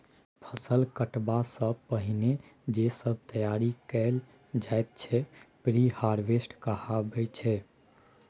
फसल कटबा सँ पहिने जे सब तैयारी कएल जाइत छै प्रिहारवेस्ट कहाबै छै